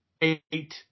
eight